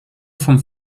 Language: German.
vom